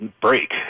break